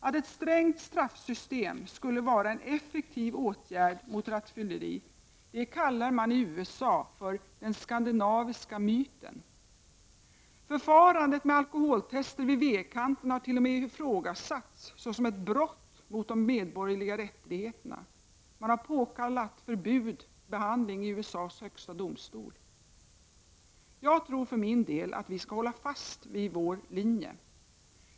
Att ett strängt straffsystem skulle vara en effektiv åtgärd mot rattfylleri kallar man i USA för ”den skandinaviska myten”. Förfarandet med alkoholtester vid vägkanterna har t.o.m. ifrågasatts som ett brott mot de medborgerliga rättigheterna. Man har påkallat behandling av ärendet i USA:s högsta domstol. Jag menar för min del att vi skall hålla fast vid vår linje.